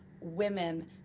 women